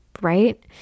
right